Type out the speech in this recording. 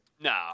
No